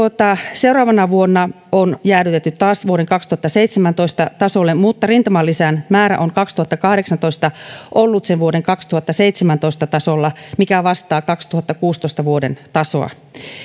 seuraavana vuonna on jäädytetty taas vuoden kaksituhattaseitsemäntoista tasolle mutta rintamalisän määrä on vuonna kaksituhattakahdeksantoista ollut vuoden kaksituhattaseitsemäntoista tasolla mikä vastaa vuoden kaksituhattakuusitoista tasoa